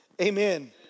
Amen